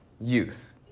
Youth